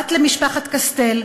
בת למשפחת קסטל,